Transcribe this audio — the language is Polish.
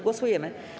Głosujemy.